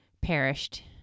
perished